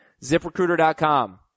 ZipRecruiter.com